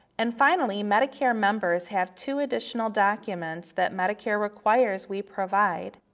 and finally, medicare members have two additional documents that medicare requires we provide,